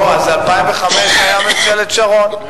נו, אז 2005 זה היה ממשלת שרון.